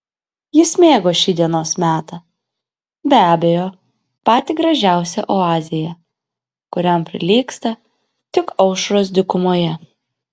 jis mėgo šį dienos metą be abejo patį gražiausią oazėje kuriam prilygsta tik aušros dykumoje